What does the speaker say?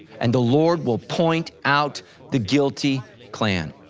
and the lord will point out the guilty clan.